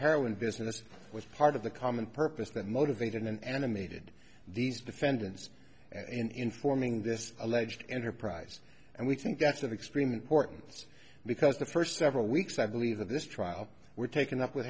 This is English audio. heroin business was part of the common purpose that motivated and animated these defendants and in forming this alleged enterprise and we think that's an extreme importance because the first several weeks i believe of this trial were taken up with